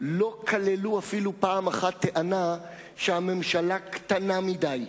לא כללו אפילו פעם אחת טענה שהממשלה קטנה מדי.